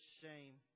shame